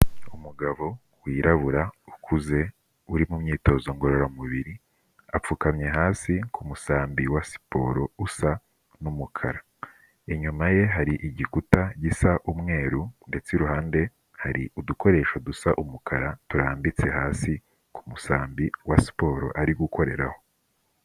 Umugabo wirabura ukuze uri mu myitozo ngororamubiri apfukamye hasi ku musambi wa siporo usa n'umukara, inyuma ye hari igikuta gisa umweru ndetse iruhande hari udukoresho dusa umukara turambitse hasi ku musambi wa siporo ari gukoreraho.